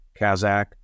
kazakh